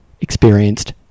experienced